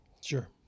Sure